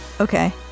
Okay